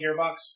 gearbox